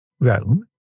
Rome